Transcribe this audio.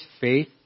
faith